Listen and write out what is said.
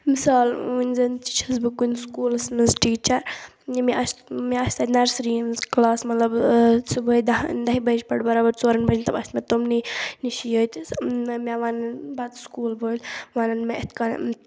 مثال وٕنہِ زَنہٕ تہِ چھَس بہٕ کُنہِ سکوٗلَس منٛز ٹیٖچَر یہِ مےٚ آسہِ مےٚ آسہِ تَتہِ نرسٔری ہِنٛز کٕلاس مطلب صُبحٲے دَہ دَہہِ بَجہِ پٮ۪ٹھ برابر ژورَن بَجَن تام آسہِ مےٚ تٕمنٕے نِش ییٚتہِ مےٚ وَنَن پَتہٕ سکوٗل وٲلۍ وَنَن مےٚ یِتھ کَن